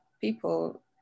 people